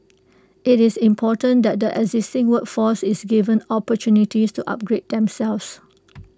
IT is important that the existing workforce is given opportunities to upgrade themselves